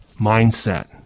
mindset